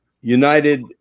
United